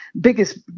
biggest